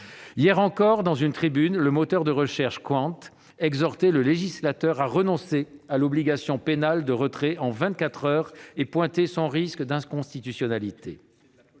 Hier encore, dans une tribune, le moteur de recherche Qwant exhortait le législateur à renoncer à l'obligation pénale de retrait en vingt-quatre heures, pointant le risque d'inconstitutionnalité